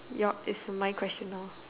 your is my question now